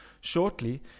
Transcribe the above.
shortly